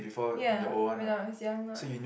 ya when I was young lah